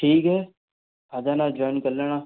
ठीक है आ जाना जॉइन कर लेना